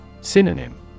Synonym